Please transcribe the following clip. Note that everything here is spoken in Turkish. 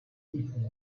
ilk